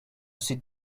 sit